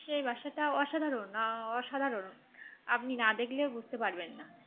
সেই বাসাটা অসাধারণ অসাধারণ আপনি না দেখলে বুঝতে পারবেন না